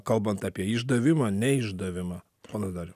kalbant apie išdavimą neišdavimą ponas dariau